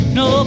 no